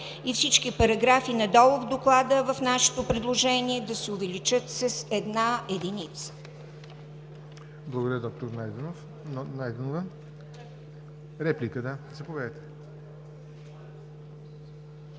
и всички параграфи надолу в Доклада в нашето предложение да се увеличат с една единица.